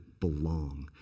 belong